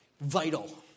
Vital